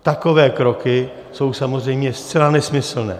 Takové kroky jsou samozřejmě zcela nesmyslné.